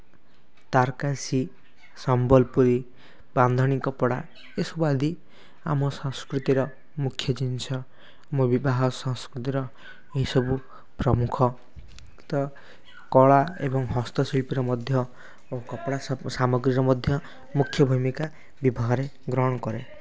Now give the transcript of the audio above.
ତାରକସି ସମ୍ବଲପୁରୀ ବାନ୍ଧଣି କପଡ଼ା ଏସବୁ ଆଦି ଆମ ସଂସ୍କୃତିର ମୁଖ୍ୟ ଜିନିଷ ଆମ ବିବାହ ସଂସ୍କୃତିର ଏହି ସବୁ ପ୍ରମୁଖ ତ କଳା ଏବଂ ହସ୍ତଶିଳ୍ପୀରେ ମଧ୍ୟ ଓ କପଡ଼ା ସାମଗ୍ରୀରେ ମଧ୍ୟ ମୁଖ୍ୟ ଭୂମିକା ଭାବରେ ଗ୍ରହଣ କରେ